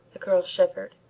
the girl shivered.